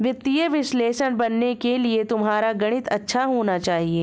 वित्तीय विश्लेषक बनने के लिए तुम्हारा गणित अच्छा होना चाहिए